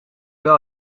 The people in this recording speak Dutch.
wel